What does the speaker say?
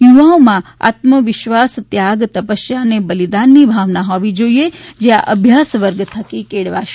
યુવાઓમાં આત્મવિશ્વાસ ત્યાગ તપસ્યા અને બલિદાનની ભાવના હોવી જોઈએ જે આ અભ્યાસ વર્ગ થકી કેળવાશે